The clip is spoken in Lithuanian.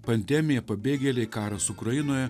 pandemija pabėgėliai karas ukrainoje